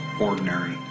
ordinary